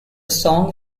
song